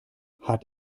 hat